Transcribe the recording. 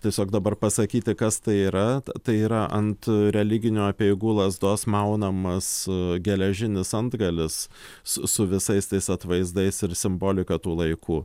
tiesiog dabar pasakyti kas tai yra tai yra ant religinių apeigų lazdos maunamas geležinis antgalis su su visais tais atvaizdais ir simbolika tų laikų